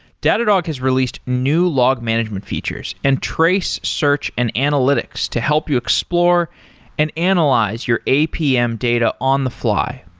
datadog has released new log management features and trace search and analytics to help you explore and analyze your apm data on the fly.